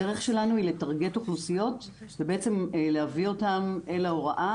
הדרך שלנו היא לטרגט אוכלוסיות ובעצם להביא אותם אל ההוראה